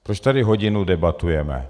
Proč tady hodinu debatujeme?